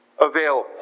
available